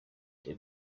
the